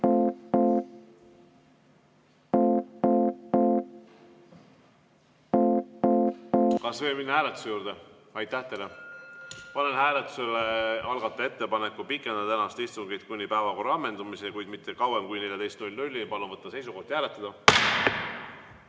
Kas võime minna hääletuse juurde? Aitäh teile! Panen hääletusele algataja ettepaneku pikendada tänast istungit kuni päevakorra ammendumiseni, kuid mitte kauem kui kella 14-ni. Palun võtta seisukoht ja hääletada!